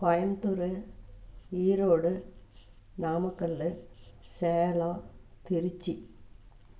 Coimbatore Erode Namakkal Salem Trichy